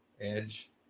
Edge